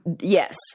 Yes